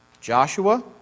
Joshua